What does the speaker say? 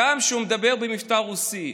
הוא גם מדבר במבטא רוסי.